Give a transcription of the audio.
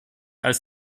als